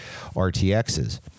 RTXs